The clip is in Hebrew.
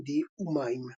תמרהינדי ומים.